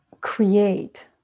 create